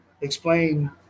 explain